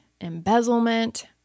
embezzlement